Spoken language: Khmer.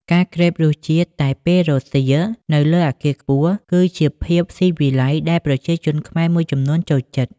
ការក្រេបរសជាតិតែពេលរសៀល នៅលើអគារខ្ពស់ គឺជាភាពស៊ីវិល័យដែលប្រជាជនខ្មែរមួយចំនួនចូលចិត្ត។